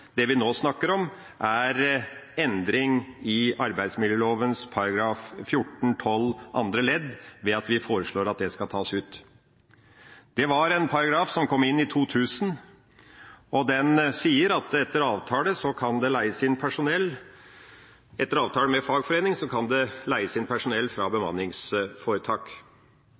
Det vi nå snakker om, er endring i arbeidsmiljøloven § 14-12 andre ledd, ved at vi foreslår at det skal tas ut. Det er en paragraf som kom inn i år 2000, og den sier at det etter avtale med fagforening kan leies inn personell fra bemanningsforetak. Når vi foreslår å oppheve arbeidsmiljøloven § 14-12 andre ledd, er det